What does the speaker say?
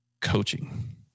coaching